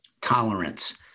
tolerance